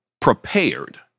Prepared